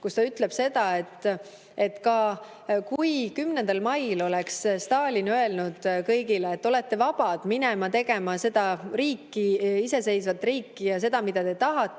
kus ta ütleb, et kui 10. mail oleks Stalin öelnud kõigile, et te olete vabad minema tegema iseseisvat riiki ja seda, mida te tahate,